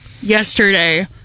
yesterday